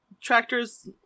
tractors